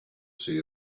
see